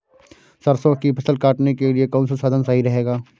सरसो की फसल काटने के लिए कौन सा साधन सही रहेगा?